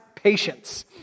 patience